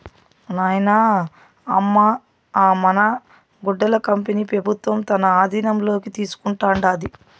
నాయనా, అమ్మ అ మన గుడ్డల కంపెనీ పెబుత్వం తన ఆధీనంలోకి తీసుకుంటాండాది